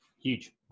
Huge